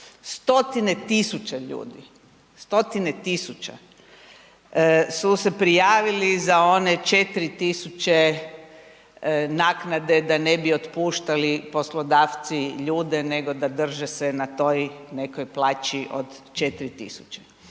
Stotine tisuća ljudi, stotine tisuća, su se prijavili za one 4 tisuće naknade da ne bi otpuštali poslodavci ljude nego da drže se na toj nekoj plaću od 4 tisuće.